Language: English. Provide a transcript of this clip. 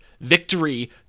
victory